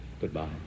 Goodbye